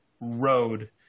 road